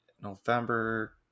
November